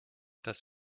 das